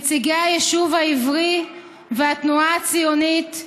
נציגי היישוב העברי והתנועה הציונית,